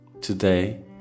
Today